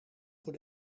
voor